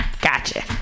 Gotcha